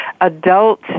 adult